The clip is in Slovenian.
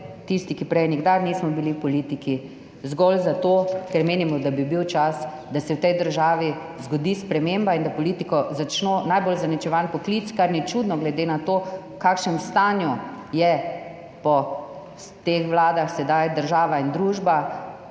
tisti, ki prej nikdar nismo bili v politiki, zgolj zato, ker menimo, da bi bil čas, da se v tej državi zgodi sprememba in da je politik najbolj zaničevan poklic, kar ni čudno glede na to, v kakšnem stanju je po teh vladah sedaj država in družba,